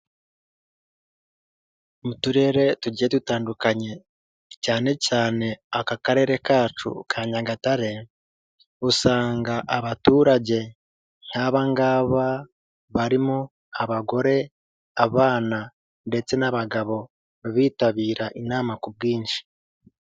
Mu turere tugiye dutandukanye, cyane cyane aka karere kacu ka Nyagatare, usanga abaturage nk'abangaba barimo :abagore ,abana ndetse n'abagabo bitabira inama ku bwinshi.